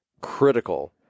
critical